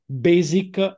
basic